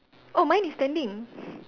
oh mine is standing